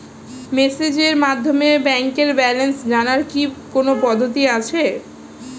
মেসেজের মাধ্যমে ব্যাংকের ব্যালেন্স জানার কি কোন পদ্ধতি আছে?